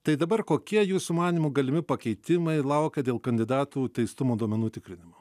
tai dabar kokie jūsų manymu galimi pakeitimai laukia dėl kandidatų teistumo duomenų tikrinimo